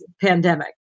pandemic